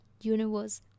Universe